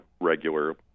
regular